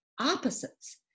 opposites